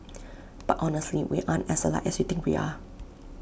but honestly we aren't as alike as you think we are